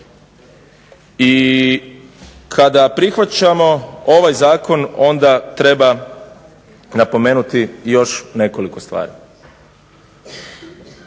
I kada prihvaćamo ovaj zakon, onda treba napomenuti još nekoliko stvari.